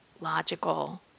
logical